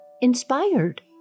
inspired